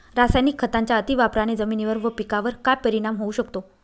रासायनिक खतांच्या अतिवापराने जमिनीवर व पिकावर काय परिणाम होऊ शकतो?